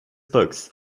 books